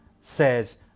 says